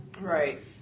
Right